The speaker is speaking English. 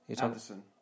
Anderson